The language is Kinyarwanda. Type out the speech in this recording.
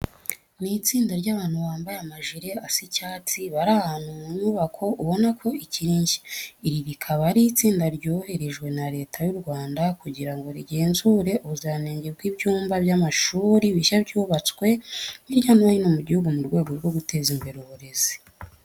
Ni itsinda ry'abantu bambaye amajire asa icyatsi, bari ahantu mu nyubako ubona ko ikiri nshya. Iri rikaba ari itsinda ryoherejwe na Leta y'u Rwanda kugira ngo rigenzure ubuziranenge bw'ibyumba by'amashuri bishya byubatswe hirya no hino mu gihugu mu rwego rwo guteza imbere uburezi.